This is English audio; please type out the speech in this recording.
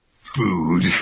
food